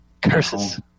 Curses